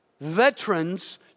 veterans